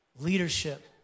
leadership